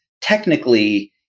technically